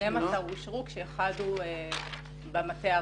12 אושרו כשאחד הוא במטה הארצי.